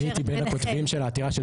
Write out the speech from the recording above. אני רק הייתי מבין הכותבים של העתירה,